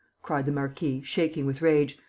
cried the marquis, shaking with rage.